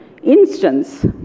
instance